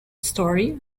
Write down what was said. story